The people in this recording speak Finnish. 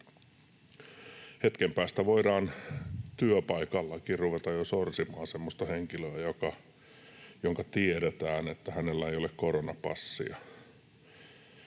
Hetken päästä voidaan työpaikallakin jo ruveta sorsimaan semmoista henkilöä, josta tiedetään, että hänellä ei ole koronapassia.